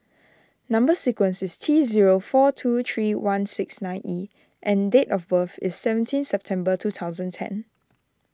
Number Sequence is T zero four two three one six nine E and date of birth is seventeen September two thousand ten